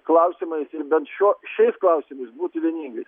klausimais ir bent šiuo šiais klausimais būti vieningais